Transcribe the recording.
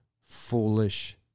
foolish